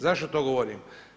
Zašto to govorim?